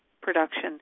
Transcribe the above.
production